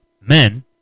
men